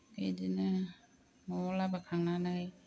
बिदिनो न'आव लाबोखांनानै